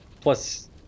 Plus